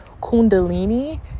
Kundalini